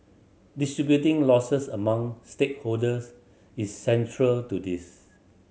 distributing losses among stakeholders is central to this